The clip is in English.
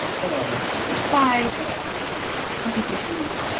their, their sides or presentations.